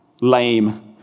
lame